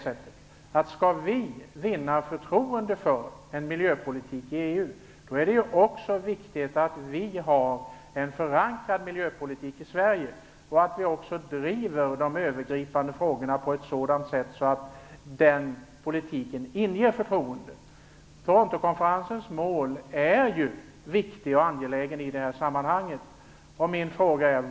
Skall vi vinna förtroende för en miljöpolitik i EU är det ju viktigt att vår miljöpolitik har en förankring i Sverige och att vi också driver de övergripande frågorna på ett sådant sätt att den politiken inger förtroende. Torontokonferensens mål är viktigt och angeläget i det här sammanhanget.